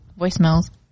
voicemails